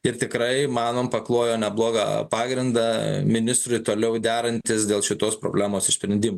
ir tikrai manom paklojo neblogą pagrindą ministrui toliau derantis dėl šitos problemos išsprendimų